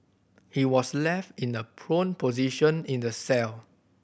he was left in a prone position in the cell